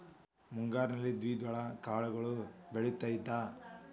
ಮುಂಗಾರಿನಲ್ಲಿ ದ್ವಿದಳ ಕಾಳುಗಳು ಬೆಳೆತೈತಾ?